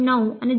9 आणि 2